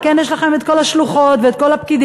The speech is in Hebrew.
על כן יש לכם את כל השלוחות וכל הפקידים.